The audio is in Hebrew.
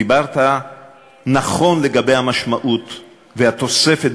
דיברת נכון לגבי המשמעות והתוספת,